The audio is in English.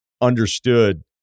understood